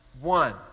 One